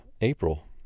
April